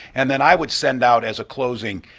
and then i would send out as a closing